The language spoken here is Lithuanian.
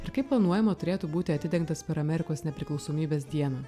ir kaip planuojama turėtų būti atidengtas per amerikos nepriklausomybės dieną